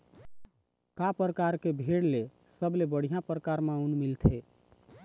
का परकार के भेड़ ले सबले बढ़िया परकार म ऊन मिलथे?